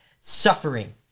suffering